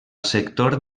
sector